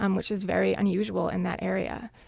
um which is very unusual in that area.